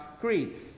creeds